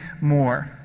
more